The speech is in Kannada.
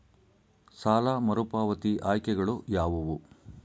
ಸಾಲ ಮರುಪಾವತಿ ಆಯ್ಕೆಗಳು ಯಾವುವು?